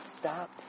Stop